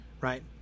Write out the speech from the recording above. right